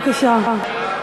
בבקשה.